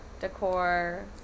decor